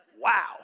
Wow